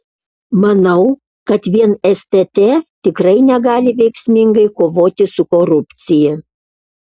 manau kad vien stt tikrai negali veiksmingai kovoti su korupcija